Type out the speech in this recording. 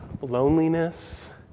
loneliness